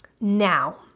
Now